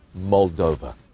Moldova